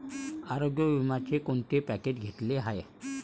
आरोग्य विम्याचे कोणते पॅकेज घेतले आहे?